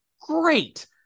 great